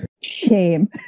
Shame